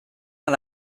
man